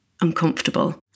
uncomfortable